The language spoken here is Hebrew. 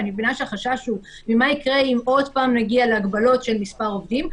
ואני מבינה שהחשש הוא ממה יקרה אם עוד פעם נגיע להגבלות של מספר עובדים,